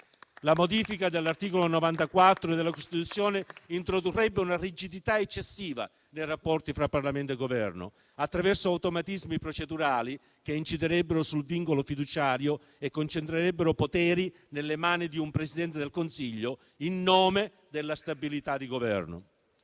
La modifica dell'articolo 94 della Costituzione introdurrebbe una rigidità eccessiva nei rapporti fra Parlamento e Governo, attraverso automatismi procedurali che inciderebbero sul vincolo fiduciario e concentrerebbero i poteri nelle mani del Presidente del Consiglio, in nome della stabilità di Governo.